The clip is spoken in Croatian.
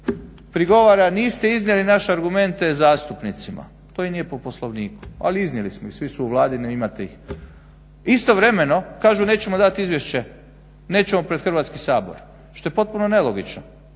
prigovara, niste iznijeli naše argumente zastupnicima, to i nije po Poslovniku ali iznijeli smo ih i svi su …. Istovremeno kažu nećemo dati izvješće, nećemo pred Hrvatski sabor što je potpuno nelogično.